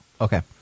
Okay